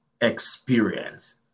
experience